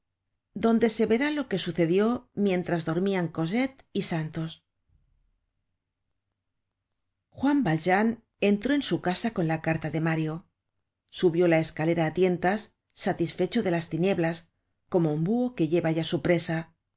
donde se verá lo que sucedió mientras dormian cosette y juan valjean entró en su casa con la carta de mario subió la escalera á tientas satisfecho de las tinieblas como un buho que lleva ya su presa